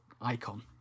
icon